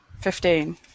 Fifteen